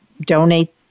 donate